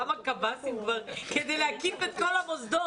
כמה קב"סים כבר כדי להקיף את כל המוסדות,